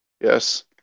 Yes